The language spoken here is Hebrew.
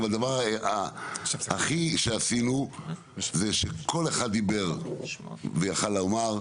אבל הדבר הכי שעשינו זה שכל אחד דיבר ויכול היה לומר,